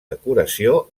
decoració